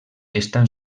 estan